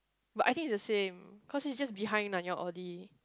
but I think is the same cause it is just behind Nanyang-Audi